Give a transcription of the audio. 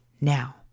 now